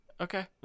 Okay